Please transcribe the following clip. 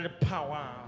power